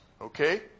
okay